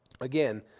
Again